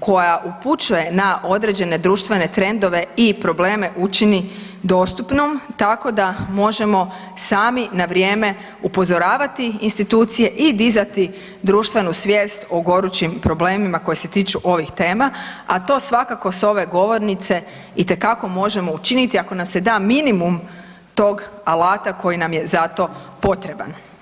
koja upućuje na određene društvene trendove i probleme učini dostupnom, tako da možemo sami na vrijeme upozoravati institucije i dizati društvenu svijest o gorućim problemima koji se tiču ovih tema, a to svakako sa ove govornice itekako možemo učiniti ako nam se da minimum tog alata koji nam je za to potreban.